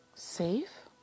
Safe